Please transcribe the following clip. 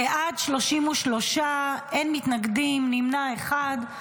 בעד, 33, אין מתנגדים, נמנע אחד.